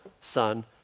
Son